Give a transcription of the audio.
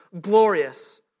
glorious